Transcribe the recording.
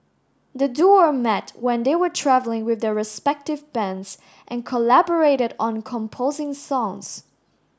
the duo met when they were travelling with their respective bands and collaborated on composing songs